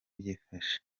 byifashe